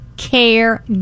care